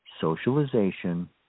socialization